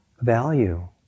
value